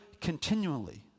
continually